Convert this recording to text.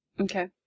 Okay